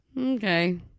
Okay